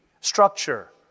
structure